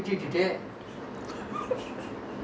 sofa sofa sofa மறந்துட்டே:maranthuttae